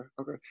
okay